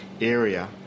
area